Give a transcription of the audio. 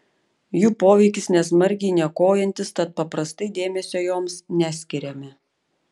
jų poveikis nesmarkiai niokojantis tad paprastai dėmesio joms neskiriame